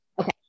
Okay